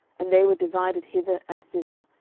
and they were divided hither and thither,